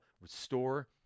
restore